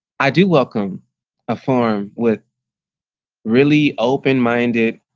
i do welcome a form with really open minded,